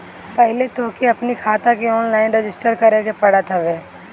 पहिले तोहके अपनी खाता के ऑनलाइन रजिस्टर करे के पड़त हवे